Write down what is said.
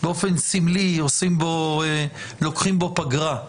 באופן סמלי לוקחים בו פגרה.